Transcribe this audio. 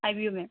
ꯍꯥꯏꯕꯤꯌꯨ ꯃꯦꯝ